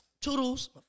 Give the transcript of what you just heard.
toodles